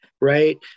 Right